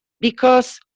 because,